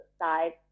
side